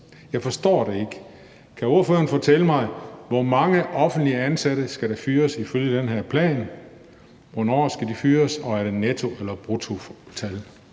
Jeg forstår det ikke. Kan ordføreren fortælle mig, hvor mange offentligt ansatte der skal fyres ifølge den her plan? Hvornår skal de fyres? Og er det netto- eller bruttotal?